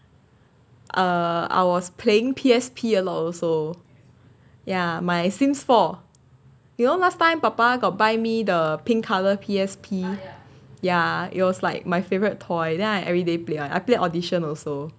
err I was playing P_S_P a lot also ya my since four you all last time 爸爸 got buy me the pink colour P_S_P ya it was like my favourite toy then I everyday play I play audition also